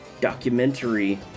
documentary